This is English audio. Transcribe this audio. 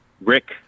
Rick